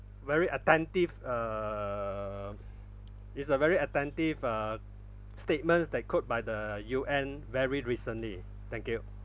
very attentive uh it's a very attentive uh statements that quote by the U_N very recently thank you